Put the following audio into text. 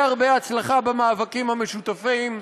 הרבה הרבה הצלחה במאבקים המשותפים.